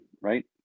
right